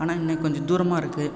ஆனால் என்ன கொஞ்சம் தூரமாக இருக்கு